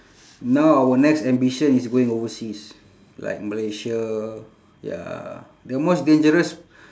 now our next ambition is going overseas like malaysia ya the most dangerous